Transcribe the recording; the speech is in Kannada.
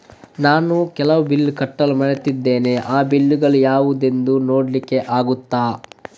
ನಾನು ಕೆಲವು ಬಿಲ್ ಕಟ್ಟಲು ಮರ್ತಿದ್ದೇನೆ, ಆ ಬಿಲ್ಲುಗಳು ಯಾವುದೆಂದು ನೋಡ್ಲಿಕ್ಕೆ ಆಗುತ್ತಾ?